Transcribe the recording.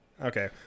Okay